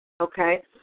okay